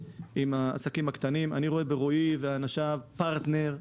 אני רואה ברועי ובאנשיו פרטנר,